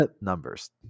numbers